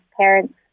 parents